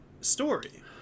story